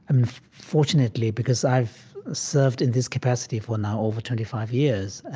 and fortunately, because i've served in this capacity for now over twenty five years,